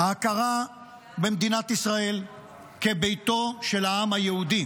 ההכרה במדינת ישראל כביתו של העם היהודי